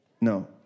no